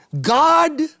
God